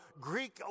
Greek